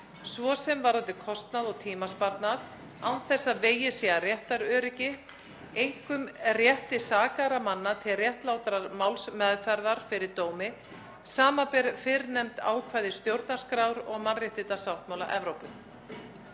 svo sem varðandi kostnað og tímasparnað, án þess að vegið sé að réttaröryggi, einkum rétti sakaðra manna til réttlátrar málsmeðferðar fyrir dómi, samanber fyrrnefnd ákvæði stjórnarskrár og mannréttindasáttmála Evrópu.